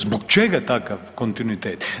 Zbog čega takav kontinuitet?